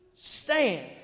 Stand